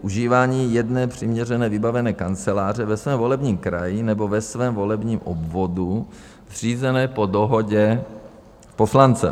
Užívání jedné přiměřeně vybavené kanceláře ve svém volebním kraji nebo ve svém volebním obvodu zřízené po dohodě poslancem.